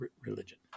religion